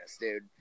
dude